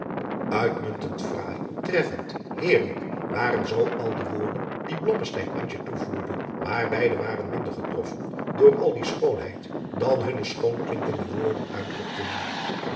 uitmuntend fraai treffend heerlijk waren zoo al de woorden die blommesteyn antje toevoerde maar beide waren minder getroffen door al die schoonheid dan hunne schoonklinkende woorden uitdrukten